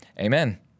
Amen